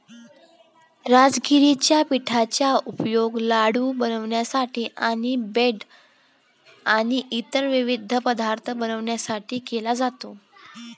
राजगिराच्या पिठाचा उपयोग लाडू बनवण्यासाठी आणि ब्रेड आणि इतर विविध पदार्थ बनवण्यासाठी केला जातो